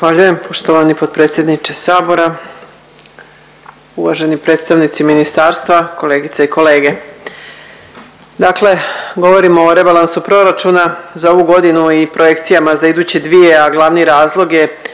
Zahvaljujem. Poštovani potpredsjedniče Sabora, uvaženi predstavnici ministarstva, kolegice i kolege. Dakle, govorimo o rebalansu proračuna za ovu godinu i projekcijama za iduće dvije, a glavni razlog je